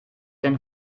denn